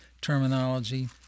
terminology